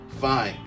fine